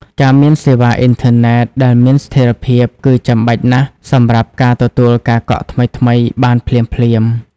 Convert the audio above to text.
ការមានសេវាអ៊ីនធឺណិតដែលមានស្ថិរភាពគឺចាំបាច់ណាស់សម្រាប់ការទទួលការកក់ថ្មីៗបានភ្លាមៗ។